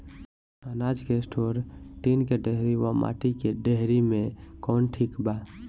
अनाज के store tin के डेहरी व माटी के डेहरी मे कवन ठीक बा?